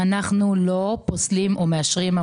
אנחנו לא פוסלים או מאשרים עמותות לפי גחמות אישיות.